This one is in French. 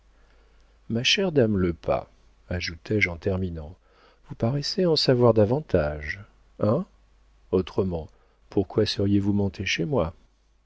ma chère dame lepas ajoutai-je en terminant vous paraissez en savoir davantage hein autrement pourquoi seriez-vous montée chez moi